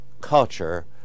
culture